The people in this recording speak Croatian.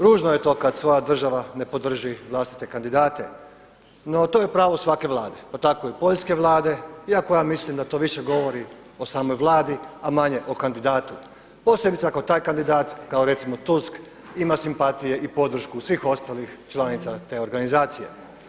Ružno je kada svoja država ne podrži vlastite kandidate, no to je pravo svake vlade, pa tako i poljske vlade, iako ja mislim da to više govori o samoj Vladi, a manje o kandidatu, posebice ako taj kandidata kao recimo Tusk ima simpatije i podršku svih ostalih članica te organizacije.